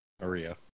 Maria